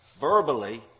verbally